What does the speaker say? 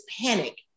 panic